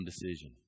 decision